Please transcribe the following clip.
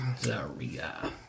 Zaria